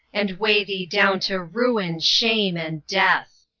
and weigh thee down to ruin, shame, and death!